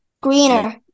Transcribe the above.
Greener